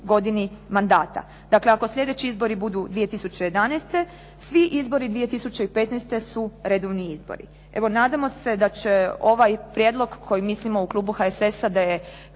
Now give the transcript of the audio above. godini mandata. Dakle, ako sljedeći izbori budu 2011. svi izbori 2015. su redovni izbori. Evo nadamo se da će ovaj prijedlog koji mislimo u klubu HSS-a da je